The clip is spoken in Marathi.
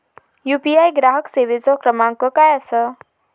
यू.पी.आय ग्राहक सेवेचो क्रमांक काय असा?